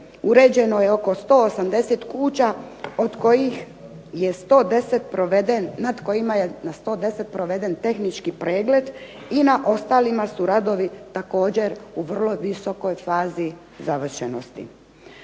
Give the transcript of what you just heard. kojih je 110, nad kojima je na 110 proveden tehnički pregled i na ostalima su radovi također u vrlo visokoj fazi završenosti.